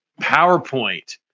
PowerPoint